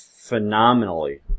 phenomenally